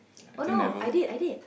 oh no I did I did